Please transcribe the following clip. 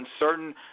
uncertain